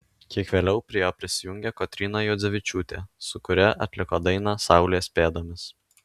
kiek vėliau prie jo prisijungė kotryna juodzevičiūtė su kuria atliko dainą saulės pėdomis